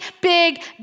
big